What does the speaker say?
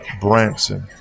Branson